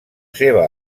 seva